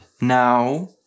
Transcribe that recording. Now